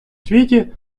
світі